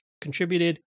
contributed